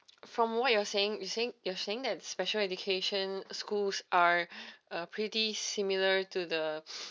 from what you're saying you're saying you're saying that special education schools are uh pretty similar to the